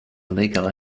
illegal